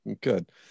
good